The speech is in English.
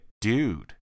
dude